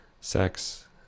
sex